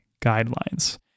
guidelines